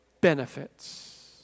benefits